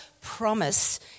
promise